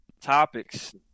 topics